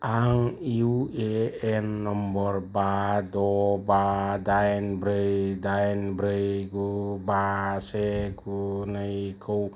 आं इउएएन नम्बर बा द' बा दाइन ब्रै दाइन ब्रै गु बा से गु नैखौ